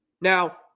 Now